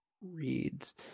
reads